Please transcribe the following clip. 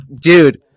dude